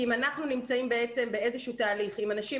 אם אנחנו נמצאים באיזה שהוא תהליך עם אנשים